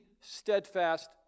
steadfast